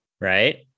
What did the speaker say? Right